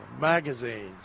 magazines